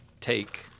take